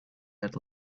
had